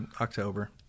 October